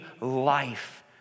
life